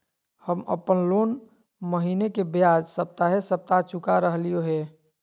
हम अप्पन लोन महीने के बजाय सप्ताहे सप्ताह चुका रहलिओ हें